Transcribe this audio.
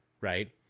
Right